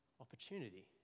opportunity